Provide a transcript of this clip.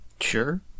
Sure